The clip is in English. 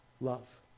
love